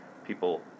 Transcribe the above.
People